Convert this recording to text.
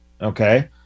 okay